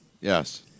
Yes